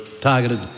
targeted